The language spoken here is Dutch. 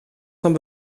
van